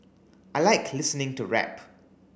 I like listening to rap